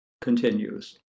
continues